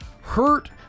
hurt